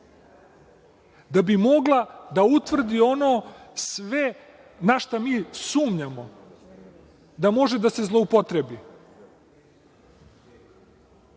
da bi mogla da utvrdi ono sve na šta mi sumnjamo da može da se zloupotrebi.